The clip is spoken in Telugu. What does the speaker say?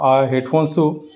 ఆ హెడ్ఫోన్సు